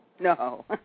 No